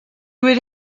would